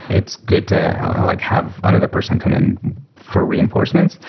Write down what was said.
it's good to like have another person come in for reinforcements.